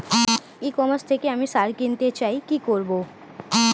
ই commerce থেকে আমি সার কিনতে চাই কি করব?